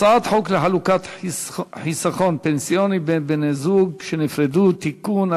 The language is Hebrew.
הצעת חוק לחלוקת חיסכון פנסיוני בין בני-זוג שנפרדו (תיקון),